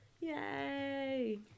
Yay